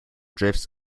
drifts